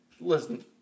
Listen